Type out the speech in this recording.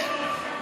יהודיות.